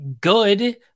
good